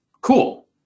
Cool